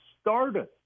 started